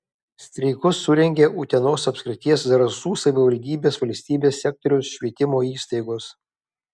streikus surengė utenos apskrities zarasų savivaldybės valstybės sektoriaus švietimo įstaigos